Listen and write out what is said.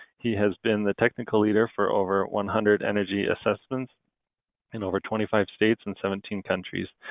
he has been the technical leader for over one hundred energy assessments in over twenty five states and seventeen countries.